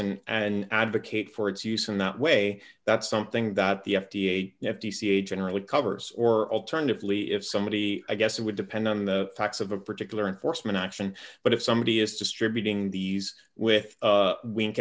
and an advocate for its use and that way that's something that the f d a f t c a generally covers or alternatively if somebody i guess it would depend on the facts of a particular enforcement action but if somebody is distributing these with wink